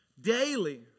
daily